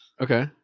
Okay